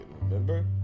remember